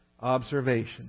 observation